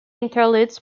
interludes